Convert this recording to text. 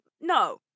no